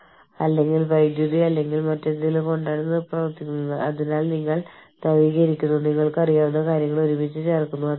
കൂടാതെ ആ ഐഡന്റിഫിക്കേഷൻ നമ്പറുകൾ പ്രവർത്തിക്കുന്ന രാജ്യത്ത് ഐഡന്റിഫിക്കേഷൻ നമ്പറുകൾ നൽകുന്ന രീതിയുമായി വിന്യസിക്കേണ്ടതുണ്ട്